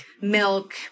milk